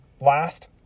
last